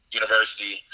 university